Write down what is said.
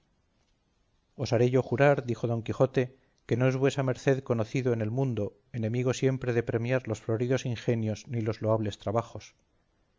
osaré yo jurar dijo don quijote que no es vuesa merced conocido en el mundo enemigo siempre de premiar los floridos ingenios ni los loables trabajos